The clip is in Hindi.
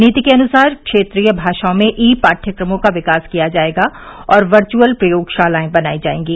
नीति के अनुसार क्षेत्रीय भाषाओं में ई पाठ्यक्रमों का विकास किया जाएगा और वर्चुअल प्रयोगशालाएं बनाई जाएंगी